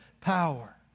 power